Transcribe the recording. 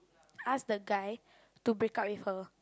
ask the guy to break up with her